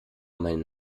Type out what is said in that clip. meinen